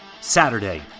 Saturday